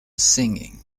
singing